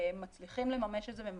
מצליחים לממש את זה.